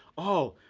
oh,